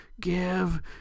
give